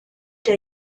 der